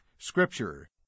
Scripture